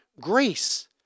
grace